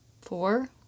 Four